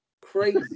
Crazy